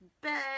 bed